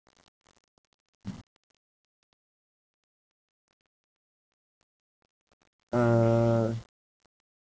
mm uh